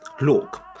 Look